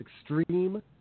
Extreme